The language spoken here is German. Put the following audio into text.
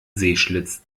sehschlitz